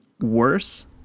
worse